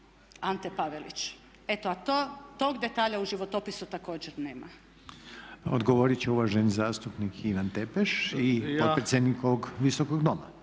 Ante Pavelić. Eto a tog detalja u životopisu također nema. **Reiner, Željko (HDZ)** Odgovorit će uvaženi zastupnik Ivan Tepeš i potpredsjednik ovog visokog doma.